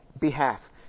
behalf